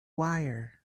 wire